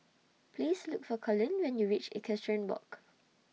Please Look For Colin when YOU REACH Equestrian Walk